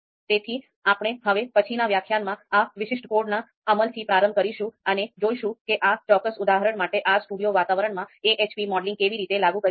તેથી આપણે હવે પછીના વ્યાખ્યાનમાં આ વિશિષ્ટ કોડના અમલથી પ્રારંભ કરીશું અને જોઈશું કે આ ચોક્કસ ઉદાહરણ માટે R Studio વાતાવરણમાં AHP મોડેલિંગ કેવી રીતે લાગુ કરી શકાય